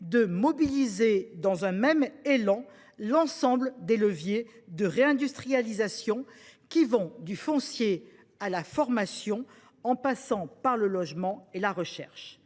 d’activer dans un même élan l’ensemble des leviers de réindustrialisation, qui vont du foncier à la formation en passant par le logement et la recherche.